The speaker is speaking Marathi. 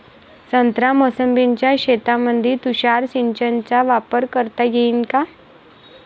संत्रा मोसंबीच्या शेतामंदी तुषार सिंचनचा वापर करता येईन का?